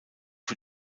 für